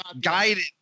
guided